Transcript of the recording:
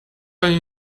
and